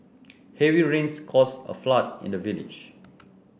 heavy rains cause a flood in the village